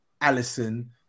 Allison